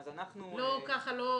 א',